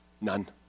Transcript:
None